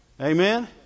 Amen